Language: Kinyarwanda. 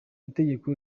itegeko